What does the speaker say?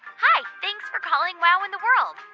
hi, thanks for calling wow in the world.